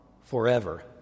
forever